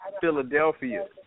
Philadelphia